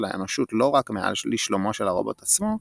האנושות לא רק מעל לשלומו של הרובוט עצמו,